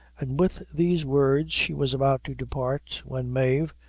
and with these words she was about to depart, when mave,